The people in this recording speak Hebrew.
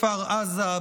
כפר עזה,